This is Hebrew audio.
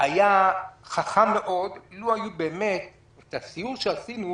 היה חכם מאוד לו היו באמת את הסיור שעשינו,